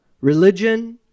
religion